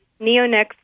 Neonics